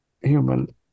human